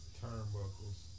turnbuckles